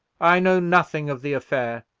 i know nothing of the affair.